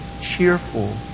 cheerful